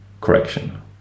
correction